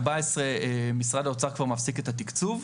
ב-2014, משרד האוצר מפסיק כבר את התקצוב,